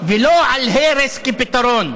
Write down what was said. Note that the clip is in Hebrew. ולא על הרס כפתרון.